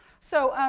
so,